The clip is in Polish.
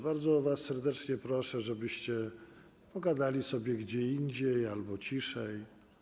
Bardzo was serdecznie proszę, żebyście pogadali sobie gdzie indziej albo ciszej.